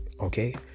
okay